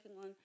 on